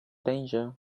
danger